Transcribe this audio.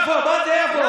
יפו, מה זה יפו?